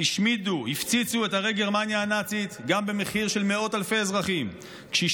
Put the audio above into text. השמידו והפציצו את ערי גרמניה הנאצית גם במחיר של מאות אלפי אזרחים,